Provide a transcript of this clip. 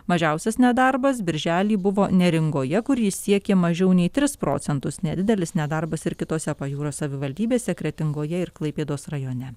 mažiausias nedarbas birželį buvo neringoje kur jis siekė mažiau nei tris procentus nedidelis nedarbas ir kitose pajūrio savivaldybėse kretingoje ir klaipėdos rajone